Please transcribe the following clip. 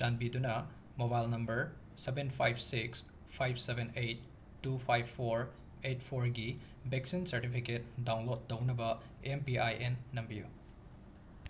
ꯆꯥꯟꯕꯤꯗꯨꯅ mobile number seven five six five seven eight two five four eight ꯐꯧꯔꯒꯤ vaccine certificate download ꯇꯧꯅꯕ M P I N ꯅꯝꯕꯤꯌꯨ